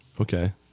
Okay